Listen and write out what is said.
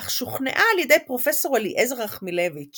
אך שוכנעה על ידי פרופסור אליעזר רחמילביץ